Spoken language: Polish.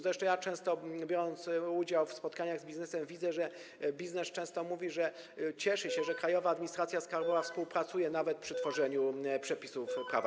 Zresztą często, biorąc udział w spotkaniach z biznesem, widzę, że biznes często mówi, że cieszy się, że Krajowa Administracja Skarbowa współpracuje nawet przy tworzeniu przepisów prawa.